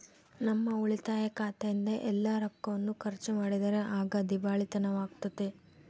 ನಮ್ಮ ಉಳಿತಾಯ ಖಾತೆಯಿಂದ ಎಲ್ಲ ರೊಕ್ಕವನ್ನು ಖರ್ಚು ಮಾಡಿದರೆ ಆಗ ದಿವಾಳಿತನವಾಗ್ತತೆ